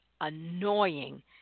annoying